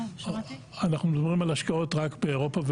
אנחנו מדברים על השקעות רק באירופה,